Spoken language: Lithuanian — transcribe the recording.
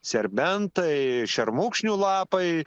serbentai šermukšnių lapai